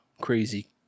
crazy